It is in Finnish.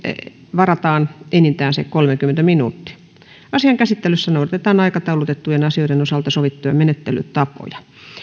varataan enintään kolmekymmentä minuuttia asian käsittelyssä noudatetaan aikataulutettujen asioiden osalta sovittuja menettelytapoja